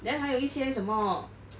then 还有一些什么